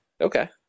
Okay